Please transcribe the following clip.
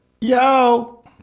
Yo